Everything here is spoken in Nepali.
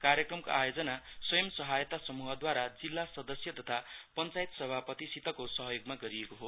कार्यक्रमको आयोजन स्वयम सहायता समुहदूवारा जिल्ला सदस्य तथा पञचायत सभापतिसितको सहयोगमा गरिएको हो